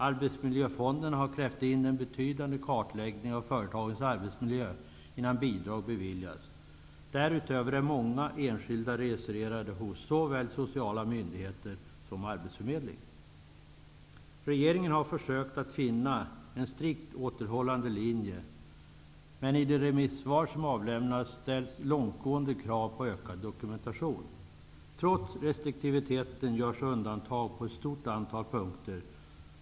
Arbetsmiljöfonden kräver in en betydande kartläggning av företagens arbetsmiljö innan bidrag beviljas. Därutöver är många enskilda registrerade hos såväl sociala myndigheter som hos arbetsförmedling. Regeringen har försökt att finna en strikt återhållande linje, men i de remissvar som avlämnats ställs långtgående krav på ökad dokumentation. Trots restriktiviteten görs undantag på ett stort antal punkter.